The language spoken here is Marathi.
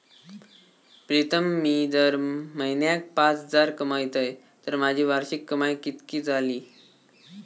प्रीतम मी जर म्हयन्याक पाच हजार कमयतय तर माझी वार्षिक कमाय कितकी जाली?